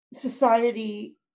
society